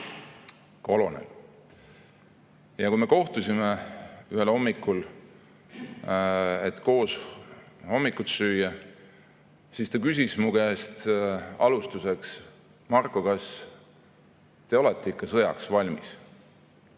kolonel. Kui me kohtusime ühel hommikul, et koos hommikust süüa, siis ta küsis mu käest alustuseks: "Marko, kas te olete ikka sõjaks valmis?"